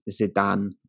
Zidane